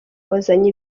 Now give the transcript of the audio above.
wazanye